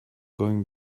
going